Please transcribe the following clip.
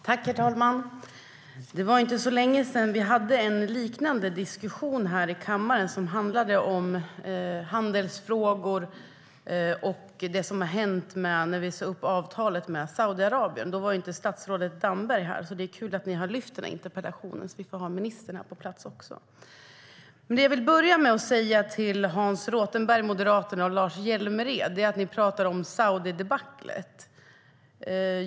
Herr talman! Det var inte så länge sedan vi hade en liknande diskussion här i kammaren. Den handlade om handelsfrågor och det som hände när vi sa upp avtalet med Saudiarabien. Men då var inte statsrådet Damberg här. Det är kul att Hans Rothenberg har ställt denna interpellation, så att vi får ha ministern på plats också. Hans Rothenberg och Lars Hjälmered från Moderaterna pratar om "Saudidebaclet".